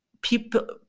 people